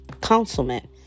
councilman